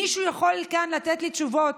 מישהו כאן יכול לתת לי תשובות,